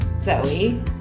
Zoe